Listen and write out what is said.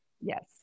Yes